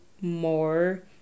more